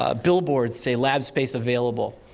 ah billboards say lab space available.